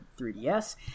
3DS